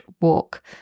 walk